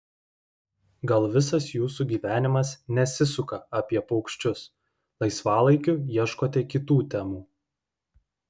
gal visas jūsų gyvenimas nesisuka apie paukščius laisvalaikiu ieškote kitų temų